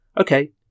Okay